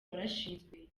warashinzwe